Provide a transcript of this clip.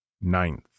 ninth